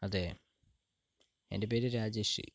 അതെ എൻ്റെ പേര് രാജേഷ്